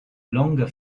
longer